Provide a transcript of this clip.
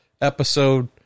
episode